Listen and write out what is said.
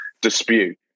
dispute